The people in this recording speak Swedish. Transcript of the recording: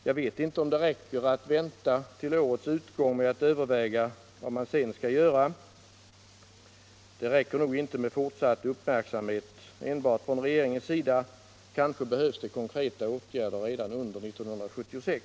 Jag vet inte om det räcker att vänta till årets utgång med att överväga vad man sedan skall göra. Det räcker nog inte heller med enbart fortsatt uppmärksamhet från regeringens sida. Kanske behövs det konkreta åtgärder redan under 1976.